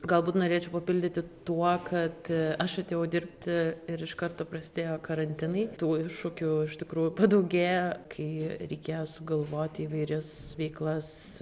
galbūt norėčiau papildyti tuo kad aš atėjau dirbti ir iš karto prasidėjo karantinai tų iššūkių iš tikrųjų padaugėjo kai reikėjo sugalvoti įvairias veiklas